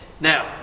Now